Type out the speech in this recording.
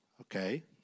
okay